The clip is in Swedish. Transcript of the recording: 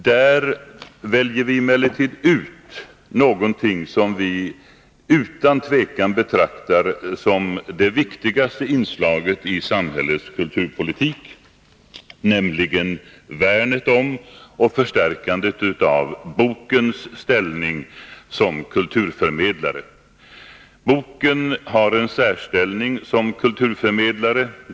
Där väljer vi emellertid ut någonting som vi utan tvekan betraktar som det viktigaste inslaget i samhällets kulturpolitik, nämligen värnet om och förstärkandet av bokens ställning som kulturförmedlare. Boken har en särställning som kulturförmedlare.